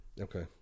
okay